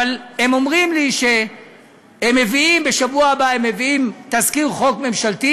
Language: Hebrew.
אבל הם אומרים לי שבשבוע הבא הם מביאים תזכיר חוק ממשלתי.